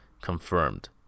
confirmed